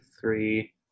three